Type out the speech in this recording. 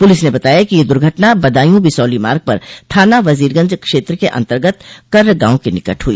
police ने बताया कि यह दुर्घटना बदायू बिसौली मार्ग पर थाना वजीरगंज क्षेत्र के अन्तर्गत कर्रगॉव के निकट हुई